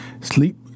sleep